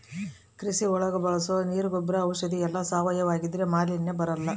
ಕೃಷಿ ಒಳಗ ಬಳಸೋ ನೀರ್ ಗೊಬ್ರ ಔಷಧಿ ಎಲ್ಲ ಸಾವಯವ ಆಗಿದ್ರೆ ಮಾಲಿನ್ಯ ಬರಲ್ಲ